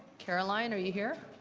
caroline, are you here?